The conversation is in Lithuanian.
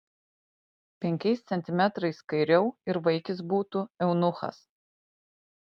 penkiais centimetrais kairiau ir vaikis būtų eunuchas